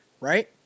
right